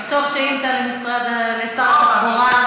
תכתוב שאילתה לשר התחבורה.